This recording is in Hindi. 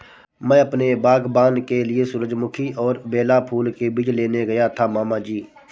मैं अपने बागबान के लिए सूरजमुखी और बेला फूल के बीज लेने गया था मामा जी